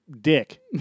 dick